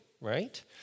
right